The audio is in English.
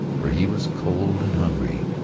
for he was cold and hungry,